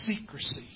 secrecy